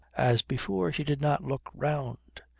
as before she did not look round.